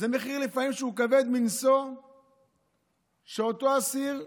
זה מחיר שהוא לפעמים כבד מנשוא שיכול להיות שאותו אסיר משלם.